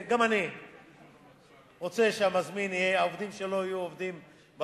גם אני רוצה שהעובדים של המזמין יהיו עובדים בפועל,